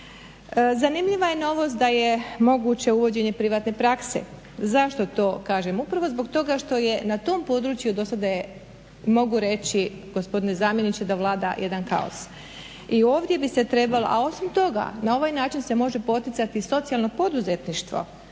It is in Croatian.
Zanimljiva je i novost da je moguće uvođenje privatne prakse. Zašto to kažem? Upravo zbog toga što je na tom području do sada je mogu reći gospodine zamjeniče da vlada jedan kaos. I ovdje bi se trebalo, a osim toga na ovaj način se može poticati socijalno poduzetništvo.